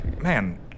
man